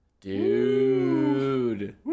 Dude